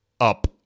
up